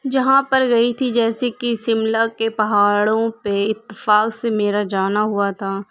جہاں پر گئی تھی جیسے کہ شملہ کے پہاڑوں پہ اتفاق سے میرا جانا ہوا تھا